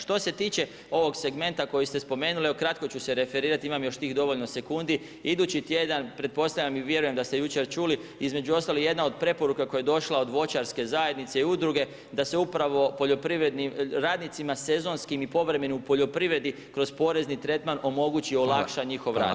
Što se tiče ovog segmenta koji ste spomenuli, kratko ću se referirati, imam još tih dovoljno sekundi, idući tjedan, pretpostavljam i vjerujem da ste jučer čuli, između ostalog i jedna od preporuka koja je došla od voćarske zajednice i udruge da se upravo poljoprivrednim radnicima sezonskim i povremenim u poljoprivredi kroz porezni tretman omogući i olakša njihov rad.